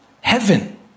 Heaven